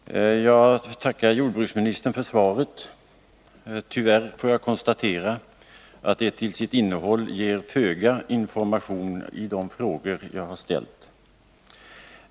Fru talman! Jag får tacka jordbruksministern för svaret på min interpellation. Tyvärr får jag konstatera att det till sitt innehåll ger föga information i de frågor som jag har ställt.